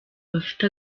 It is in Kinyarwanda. bafite